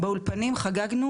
באולפנים חגגנו